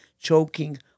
choking